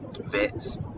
vets